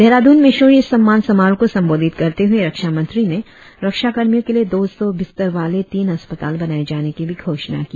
देहराद्रन में शौर्य सम्मान समारोह को संबोधित करते हुए रक्षामंत्री ने रक्षाकर्मियों के लिए दो सौ बिस्तरों वाले तीन अस्पताल बनाये जाने की भी घोषणा की